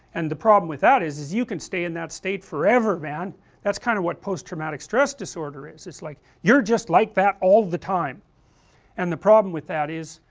and the problem with that is that you can stay in that state forever, man that is kind of what post traumatic stress disorder is, it's like you are just like that all the time and the problem with that is,